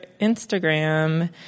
Instagram